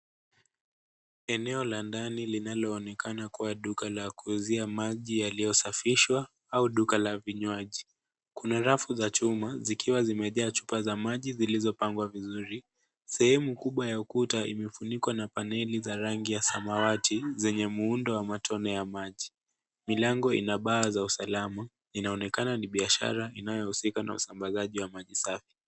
Eneo la ndani linaloonekana kuwa duka la kuuzia maji yaliyosafishwa au duka la vinywaji. Kuna rafu za chuma, zikiwa zimejaa chupa za maji zilizopangwa vizuri. Sehemu kubwa ya ukuta imefunikwa na paneli za rangi ya samawati, zenye muundo wa matone ya maji. Milango inabaa za usalama, inaonekana ni biashara inayohusika na usambazaji wa maji safi.